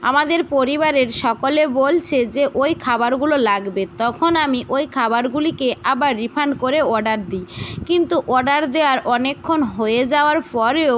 আমাদের পরিবারের সকলে বলছে যে ওই খাবারগুলো লাগবে তখন আমি ওই খাবারগুলিকে আবার রিফান্ড করে অর্ডার দিই কিন্তু অর্ডার দেওয়ার অনেকক্ষণ হয়ে যাওয়ার পরেও